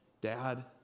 dad